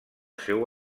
seu